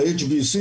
HBC,